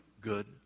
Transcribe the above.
good